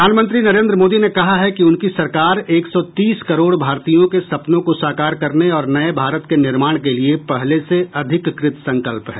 प्रधानमंत्री नरेंद्र मोदी ने कहा है कि उनकी सरकार एक सौ तीस करोड़ भारतीयों के सपनों को साकार करने और नये भारत के निर्माण के लिए पहले से अधिक कृत संकल्प है